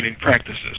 practices